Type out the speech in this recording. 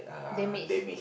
damage